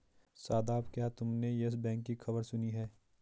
शादाब, क्या तुमने Yes Bank की खबर सुनी है?